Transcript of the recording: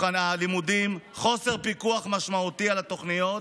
חוסר פיקוח משמעותי על התוכניות,